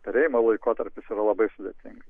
perėjimo laikotarpis yra labai sudųtingas